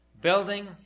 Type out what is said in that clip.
building